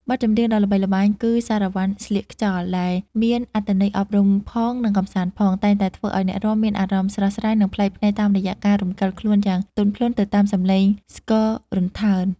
បទចម្រៀងដ៏ល្បីល្បាញគឺ សារ៉ាវ៉ាន់ស្លៀកខ្យល់ ដែលមានអត្ថន័យអប់រំផង និងកម្សាន្តផង តែងតែធ្វើឱ្យអ្នករាំមានអារម្មណ៍ស្រស់ស្រាយ និងប្លែកភ្នែកតាមរយៈការរំកិលខ្លួនយ៉ាងទន់ភ្លន់ទៅតាមសម្លេងស្គររន្ថើន។